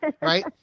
Right